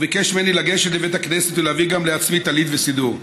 הוא ביקש ממני לגשת לבית הכנסת ולהביא גם לעצמי טלית וסידור.